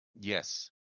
yes